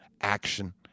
action